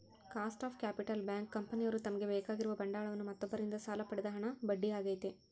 cost of capital bank, ಕಂಪನಿಯವ್ರು ತಮಗೆ ಬೇಕಾಗಿರುವ ಬಂಡವಾಳವನ್ನು ಮತ್ತೊಬ್ಬರಿಂದ ಸಾಲ ಪಡೆದ ಹಣ ಬಡ್ಡಿ ಆಗೈತೆ